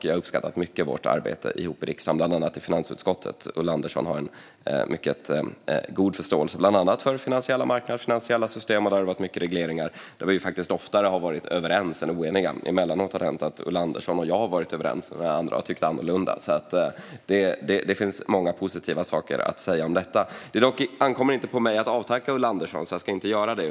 Jag har uppskattat vårt arbete ihop i riksdagen, bland annat i finansutskottet. Ulla Andersson har en mycket god förståelse för bland annat finansiella marknader och finansiella system. Det har varit många regleringar där vi oftare har varit överens än oeniga. Emellanåt har det hänt att Ulla Andersson och jag har varit överens och andra har tyckt annorlunda. Det finns många positiva saker att säga om detta. Det ankommer dock inte på mig att avtacka Ulla Andersson, så jag ska inte göra det.